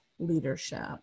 leadership